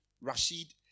Rashid